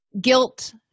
Guilt